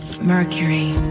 Mercury